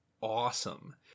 awesome